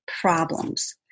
problems